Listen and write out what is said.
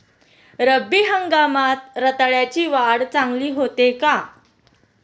रब्बी हंगामात रताळ्याची वाढ चांगली होते का?